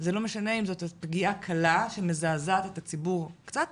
זה לא משנה אם זאת פגיעה קלה שמזעזעת את הציבור קצת